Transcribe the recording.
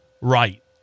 right